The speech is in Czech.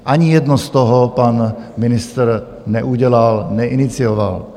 Ani jedno z toho pan ministr neudělal, neinicioval.